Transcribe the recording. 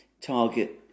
target